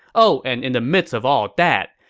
oh, and in the midst of all that,